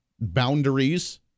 boundaries